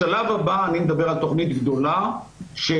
בשלב הבא אני מדבר על תכנית גדולה שתכליתה